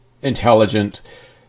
intelligent